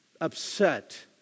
upset